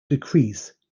decrease